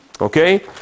Okay